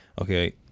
okay